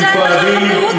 הם כואבים,